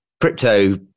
crypto